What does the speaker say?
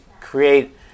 create